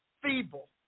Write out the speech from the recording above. Feeble